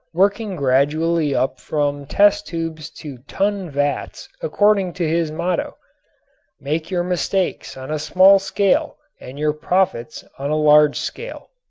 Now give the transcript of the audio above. working gradually up from test tubes to ton vats according to his motto make your mistakes on a small scale and your profits on a large scale.